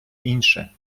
інше